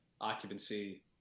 occupancy